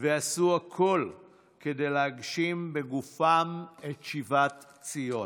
ועשו הכול כדי להגשים בגופם את שיבת ציון.